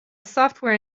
software